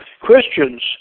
Christians